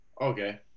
Okay